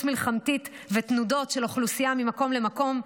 מלחמתית ותנודות של אוכלוסייה ממקום למקום,